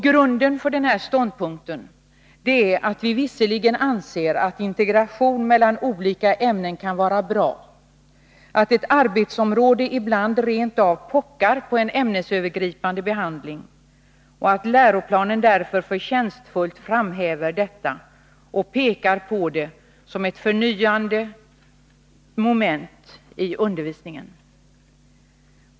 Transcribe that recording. Grunden för den här ståndpunkten är att vi anser att integration mellan olika ämnen kan vara bra — ett arbetsområde kan ibland rent av pocka på en ämnesövergripande behandling — och att läroplanen förtjänstfullt framhäver detta och pekar på det som ett förnyande moment i undervisningen.